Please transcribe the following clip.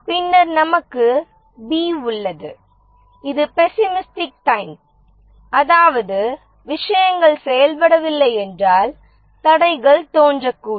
பின்னர் நமக்கு b உள்ளது இது பேசிமெஸ்டிக் டைம் அதாவது விஷயங்கள் செயல்படவில்லை என்றால் தடைகள் தோன்றக்கூடும்